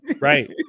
right